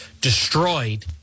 destroyed